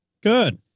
Good